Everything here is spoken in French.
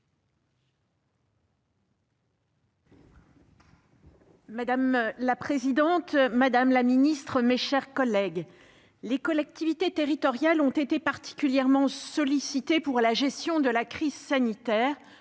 Madame la présidente, madame la ministre, mes chers collègues, les collectivités territoriales ont été particulièrement sollicitées pour la gestion de la crise sanitaire.